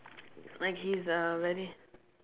like he's uh very